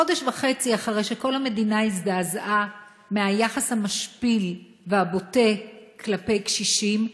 חודש וחצי אחרי שכל המדינה הזדעזעה מהיחס המשפיל והבוטה כלפי קשישים,